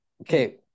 okay